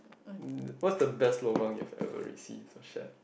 what's the best lobang you have ever received let share